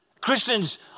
Christians